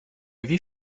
wie